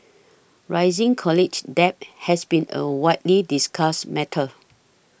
rising college debt has been a widely discussed matter